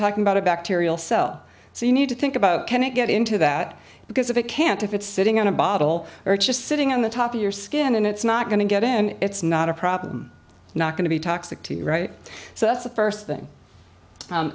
talking about a bacterial cell so you need to think about can it get into that because if it can't if it's sitting on a bottle or just sitting on the top of your skin and it's not going to get in it's not a problem not going to be toxic to you right so that's the first thing